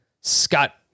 Scott